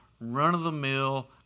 run-of-the-mill